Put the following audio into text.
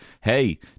hey